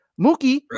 Mookie